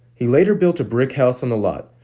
he later built a brick house on the lot,